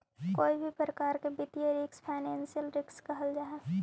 कोई भी प्रकार के वित्तीय रिस्क फाइनेंशियल रिस्क कहल जा हई